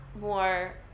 more